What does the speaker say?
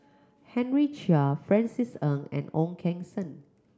Henry Chia Francis Ng and Ong Keng Sen